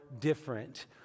different